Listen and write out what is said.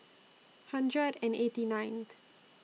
hundred and eighty ninth